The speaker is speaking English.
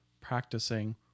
practicing